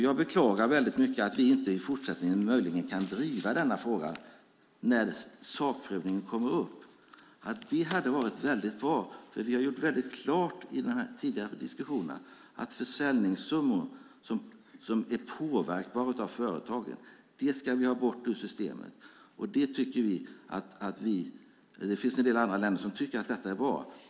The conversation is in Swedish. Jag beklagar väldigt mycket att vi i fortsättningen möjligen inte kan driva denna fråga när sakprövningen kommer upp. Det hade varit väldigt bra, för vi har gjort väldigt klart i de tidiga diskussionerna att försäljningssummor som är påverkbara av företagen ska bort ur systemet. Det finns en del andra länder som tycker att detta är bra.